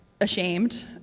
ashamed